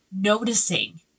noticing